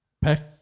Pack